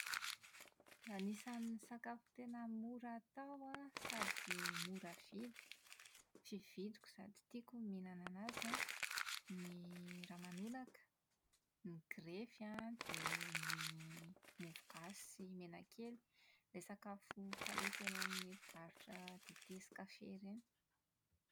Anisan'ny sakafo tena mora atao sady mora vidy, fividiko sady tiako ny mihinana an'azy an, ny ramanonaka, ny grefy an dia ny mofogasy sy menakely. Ilay sakafo fahita eny amin'ny mpivarotra dite sy kafe ireny.